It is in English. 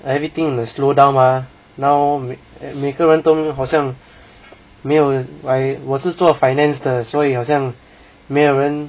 everything will slow down mah now 每个人都好像没有 like 我是做 finance 的所以好像没有人